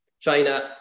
China